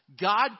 God